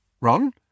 Ron